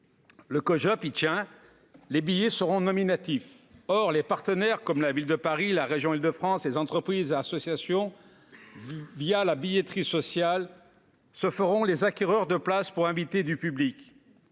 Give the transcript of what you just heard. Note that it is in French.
y tient : les billets seront nominatifs. Or les partenaires comme la Ville de Paris, la région Île-de-France, les entreprises et les associations, la billetterie sociale, se feront les acquéreurs de places pour inviter du public.